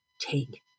take